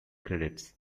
credits